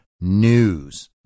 news